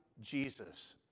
Jesus